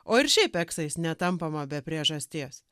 o ir šiaip eksais ne tampama be priežasties